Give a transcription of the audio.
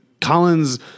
Collins